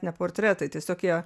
ne portretai tiesiog jie